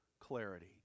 clarity